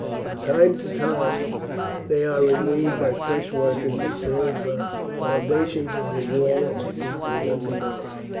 from time to time they are relieved by fresh workers until the foundations of the wall are deeply undermined.